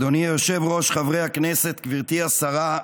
אדוני היושב-ראש, חברי הכנסת, גברתי השרה,